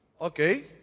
okay